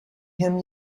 him